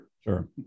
sure